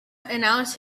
announce